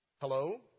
Hello